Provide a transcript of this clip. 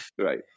right